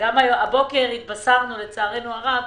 הבוקר התבשרנו, לצערנו רב,